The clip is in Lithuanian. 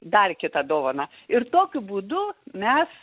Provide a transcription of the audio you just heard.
dar kitą dovaną ir tokiu būdu mes